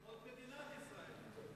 אדמות מדינת ישראל.